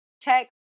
tech